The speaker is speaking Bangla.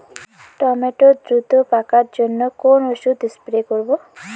টমেটো দ্রুত পাকার জন্য কোন ওষুধ স্প্রে করব?